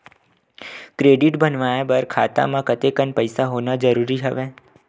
Credit बनवाय बर खाता म कतेकन पईसा होना जरूरी हवय?